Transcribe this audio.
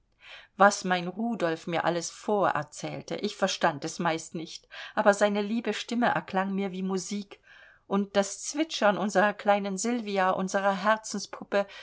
was mein rudolf mir alles vorerzählte ich verstand es meist nicht aber seine liebe stimme erklang mir wie musik und das zwitschern unserer kleinen sylvia unserer